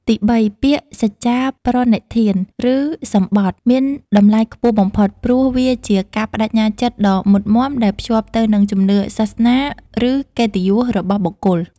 ទីបី ពាក្យសច្ចាប្រណិធាន ឬសម្បថ មានតម្លៃខ្ពស់បំផុត ព្រោះវាជាការប្ដេជ្ញាចិត្តដ៏មុតមាំដែលភ្ជាប់ទៅនឹងជំនឿសាសនា ឬកិត្តិយសរបស់បុគ្គល។